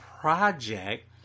project